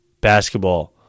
Basketball